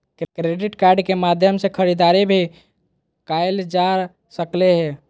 credit card के माध्यम से खरीदारी भी कायल जा सकले हें